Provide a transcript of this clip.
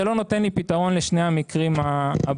אבל זה לא נותן לי פתרון לשני המקרים הבאים.